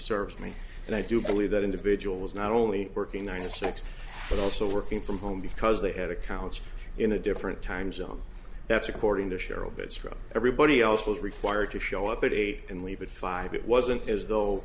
serves me and i do believe that individual was not only working nine to six but also working from home because they had accounts in a different time zone that's according to cheryl bits from everybody else was required to show up at eight and leave at five it wasn't as though